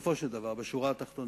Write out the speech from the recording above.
בסופו של דבר, בשורה התחתונה.